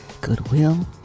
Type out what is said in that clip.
goodwill